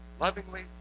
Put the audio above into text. lovingly